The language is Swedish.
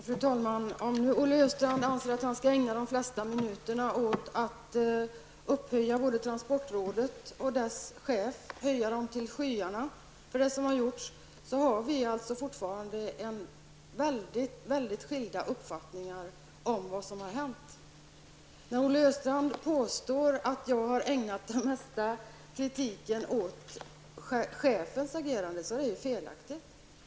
Fru talman! Om nu Olle Östrand anser att han skall ägna de flesta minuterna åt att höja både transportrådet och dess chef till skyarna för det arbete som gjorts, har vi fortfarande väldigt skilda uppfattningar om vad som hänt. När Olle Östrand påstår att jag ägnat den mesta kritiken åt chefens agerande är detta felaktigt.